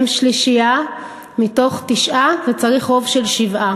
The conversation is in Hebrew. הם שלושה מתוך תשעה, וצריך רוב של שבעה.